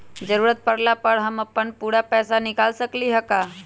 जरूरत परला पर हम अपन पूरा पैसा निकाल सकली ह का?